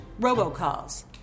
robocalls